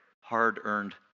hard-earned